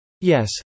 Yes